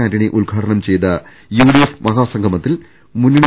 ആന്റണി ഉദ്ഘാടനം ചെയ്ത യുഡിഎഫ് മഹാ സംഗമത്തിൽ മുന്നണി